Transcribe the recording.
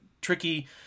tricky